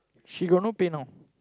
she got no pay-now